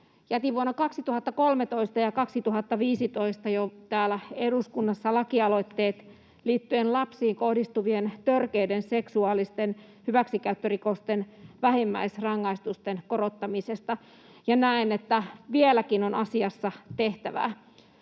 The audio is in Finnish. Jätin jo vuosina 2013 ja 2015 täällä eduskunnassa lakialoitteet liittyen lapsiin kohdistuvien törkeiden seksuaalisten hyväksikäyttörikosten vähimmäisrangaistusten korottamisesta, ja näen, että vieläkin on asiassa tehtävää.